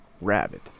Rabbit